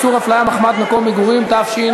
קצת יותר,